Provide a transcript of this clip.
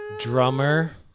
drummer